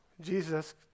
Jesus